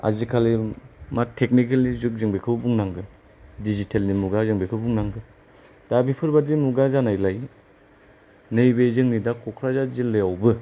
आजिखालि मा टेक्निकेल नि जुग जों बेखौ बुंनांगोन डिजिटेल नि मुगा जों बेखौ बुंनांगोन दा बेफोरबादि मुगा जानायलाय नैबे जोंनि दा क'क्राझार जिल्लायावबो